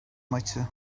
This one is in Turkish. maçı